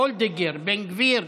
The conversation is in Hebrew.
וולדיגר, איתמר בן גביר,